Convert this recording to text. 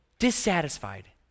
Dissatisfied